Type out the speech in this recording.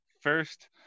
first